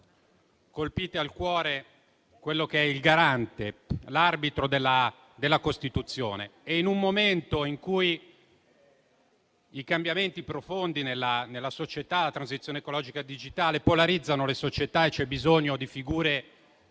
colpite al cuore quello che è il garante, l'arbitro della Costituzione, in un momento in cui i cambiamenti profondi nella società, come la transizione ecologica e digitale, polarizzano le società e c'è bisogno di